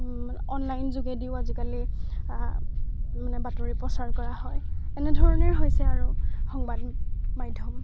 online যোগেদিও আজিকালি মানে বাতৰি প্ৰচাৰ কৰা হয় এনেধৰণে হৈছে আৰু সংবাদ মাধ্যম